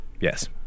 Yes